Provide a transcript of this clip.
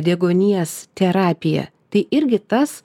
deguonies terapija tai irgi tas